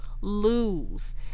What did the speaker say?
lose